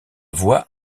voix